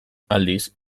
aldiz